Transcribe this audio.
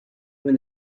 when